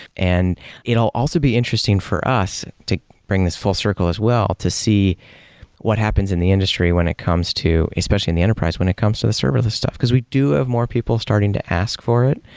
and it'll also be interesting for us to bring this full circle as well to see what happens in the industry when it comes to especially in the enterprise, when it comes to the serverless stuff, because we do have more people starting to ask for it,